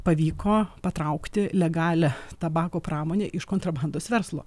pavyko patraukti legalią tabako pramonę iš kontrabandos verslo